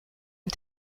and